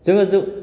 जोङो जों